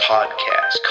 Podcast